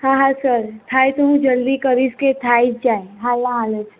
હા હા સર થાય તો હું જલ્દી કરીશ કે થઈ જ જાય હાલના હાલ જ